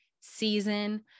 season